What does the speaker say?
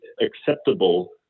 acceptable